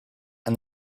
and